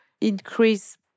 increase